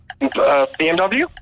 BMW